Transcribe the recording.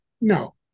No